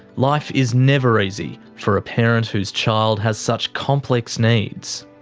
life is never easy for a parent whose child has such complex needs.